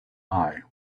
eye